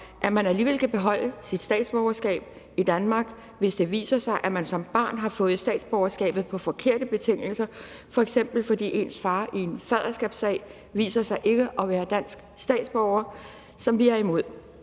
at man alligevel kan beholde sit statsborgerskab i Danmark, hvis det viser sig, at man som barn har fået statsborgerskabet på forkerte betingelser, f.eks. fordi ens far i en faderskabssag viser sig ikke at være dansk statsborger, og det er vi imod.